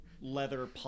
leather